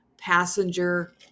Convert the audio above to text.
passenger